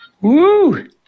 Woo